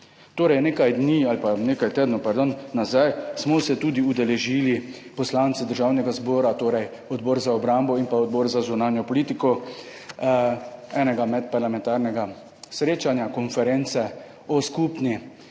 Torej, nekaj dni ali pa nekaj tednov, pardon, nazaj smo se tudi udeležili poslanci Državnega zbora, torej Odbor za obrambo in pa Odbor za zunanjo politiko enega medparlamentarnega srečanja, konference o skupni